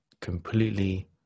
completely